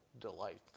delight